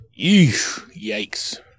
Yikes